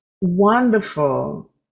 wonderful